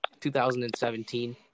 2017